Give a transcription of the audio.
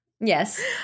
yes